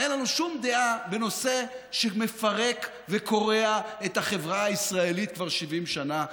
אין לנו שום דעה בנושא שמפרק וקורע את החברה הישראלית כבר 70 שנה,